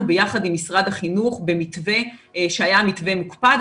ביחד עם משרד הבריאות במתווה שהיה מתווה מוקפד,